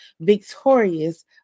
victorious